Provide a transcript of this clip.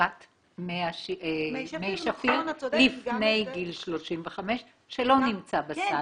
בדיקת מי שפיר לפני גיל 35, שלא נמצאת בסל.